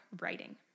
writing